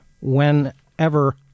whenever